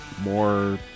more